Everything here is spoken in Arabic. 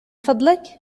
فضلك